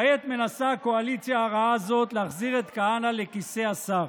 כעת מנסה הקואליציה הרעה הזאת להחזיר את כהנא לכיסא השר.